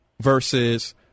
versus